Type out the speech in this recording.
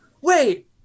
Wait